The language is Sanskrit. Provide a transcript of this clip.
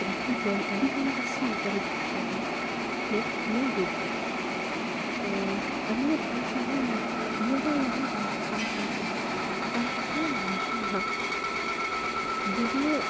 प्रभुत्वम् अधिकं तस्य उपरि दृश्यते यत् न योग्यम् अन्यभाषाः अन्या याः भाषाः सन्ति ताः भाषाः यदा